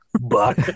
buck